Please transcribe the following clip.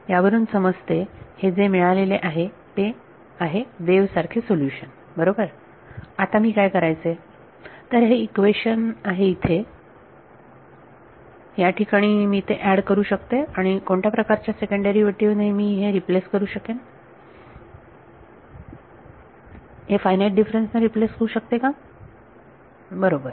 यावरून समजते हे जे मिळालेले आहे ते आहे वेव्ह सारखे सोल्युशन बरोबर आता मी काय करायचे तर हे इक्वेशन आहे इथे याठिकाणी मी ते ऍड करू शकते आणि कोणत्या प्रकारच्या सेकंड डेरिव्हेटिव्ह ने मी हे रिप्लेस करू शकते हे फायनाईट डिफरेंसेस ने रिप्लेस होऊ शकते का बरोबर